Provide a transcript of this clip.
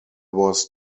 was